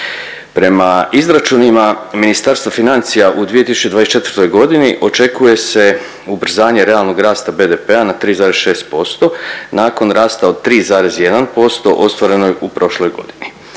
Prema izračunima Ministarstva financija u 2024. godini očekuje se ubrzanje realnog rasta BDP-a na 3,6% nakon rasta od 3,1% ostvarenog u prošloj godini.